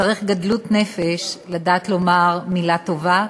צריך גדלות נפש כדי לדעת לומר מילה טובה,